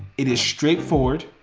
it is straight forward,